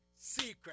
Secret